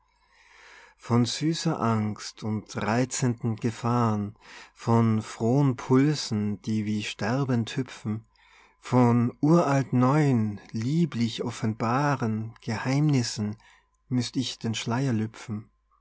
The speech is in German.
von süßer angst und reizenden gefahren von frohen pulsen die wie sterbend hüpfen von uralt neuen lieblich offenbaren geheimnissen müßt ich den schleier lüpfen